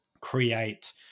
create